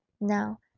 Now